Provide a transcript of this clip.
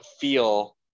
feel